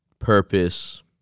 purpose